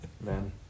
Man